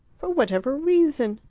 for whatever reason?